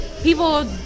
people